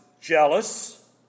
jealous